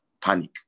panic